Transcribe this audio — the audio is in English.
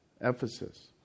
Ephesus